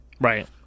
right